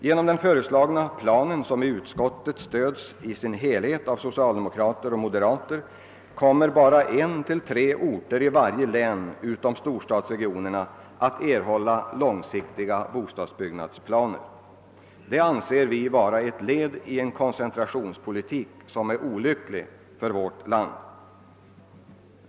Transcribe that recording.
Genom den föreslagna planen, som i utskottet har stötts i sin helhet av socialdemokrater och moderater, och i sina väsentliga drag av folkpartiet, kommer bara en till tre orter i varje län utom storstadsregionerna att erhålla långsiktiga bostadsbyggnadsplaner. Det anser vi vara ett led i en koncentrationspolitik som är olycklig för vårt land.